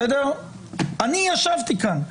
אני ישבתי כאן שעות.